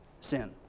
Sin